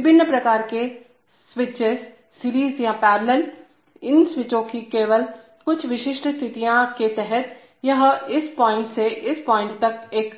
विभिन्न प्रकार के स्वीट्चेस सीरीज या पैरेलल तोइन स्विचों की केवल कुछ विशिष्ट स्थितियों के तहत यह इस पॉइंट से इस पॉइंट तक एक